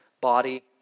body